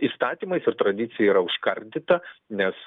įstatymais ir tradicija yra užkardyta nes